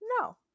No